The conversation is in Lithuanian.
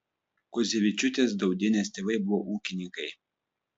kuodzevičiūtės daudienės tėvai buvo ūkininkai